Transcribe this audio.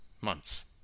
Months